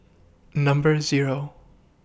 Number Zero